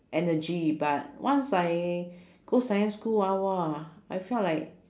energy but once I go secondary school ah !wah! I felt like